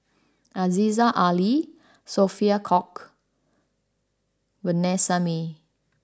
Aziza Ali Sophia Cooke Vanessa Mae